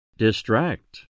Distract